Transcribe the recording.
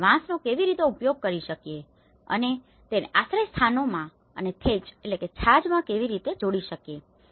આપણે વાંસનો કેવી રીતે ઉપયોગ કરી શકીએ છીએ અને તેને આશ્રયસ્થાનોમાં અને થેચthatchછાજમાં કેવી રીતે જોડી શકીએ છીએ